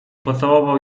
pocałował